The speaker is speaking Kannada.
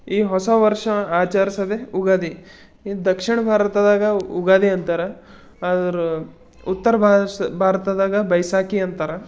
ಈ ಹೊಸ ವರ್ಷ ಆಚರಿಸೋದೇ ಉಗಾದಿ ಈ ದಕ್ಷಿಣ ಭಾರತದಾಗ ಉಗಾದಿ ಅಂತಾರೆ ಆದ್ರೆ ಉತ್ತರ ಭಾರತ ಭಾರತದಾಗ ಬೈಸಾಖಿ ಅಂತಾರೆ